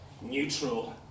neutral